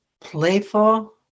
playful